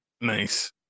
Nice